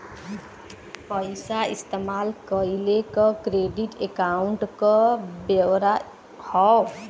पइसा इस्तेमाल कइले क क्रेडिट अकाउंट क ब्योरा हौ